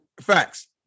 facts